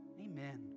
Amen